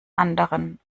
anderen